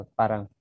parang